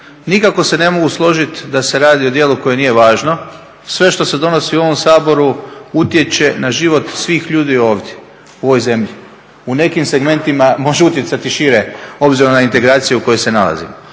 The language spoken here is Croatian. nikako se ne mogu složiti da se radi o djelu koje nije važno, sve što se donosi u ovom Saboru utječe na život svih ljudi ovdje, u ovoj zemlji. U nekim segmentima može utjecati šire obzirom na integraciju u kojoj se nalazimo.